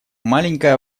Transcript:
маленькая